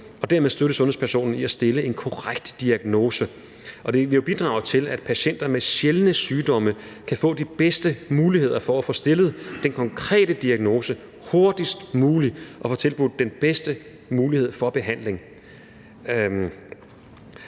og dermed støtte sundhedspersonen i at stille en korrekt diagnose. Det vil jo bidrage til, at patienter med sjældne sygdomme kan få de bedste muligheder for at få stillet den konkrete diagnose hurtigst muligt og få tilbudt den bedste mulighed for behandling.